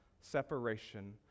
separation